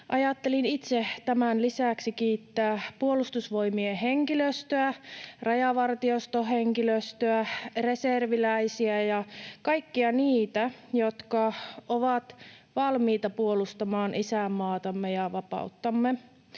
Ajattelin itse tämän lisäksi kiittää Puolustusvoimien henkilöstöä, Rajavartioston henkilöstöä, reserviläisiä ja kaikkia niitä, jotka ovat valmiita puolustamaan isänmaamme ja vapauttamme.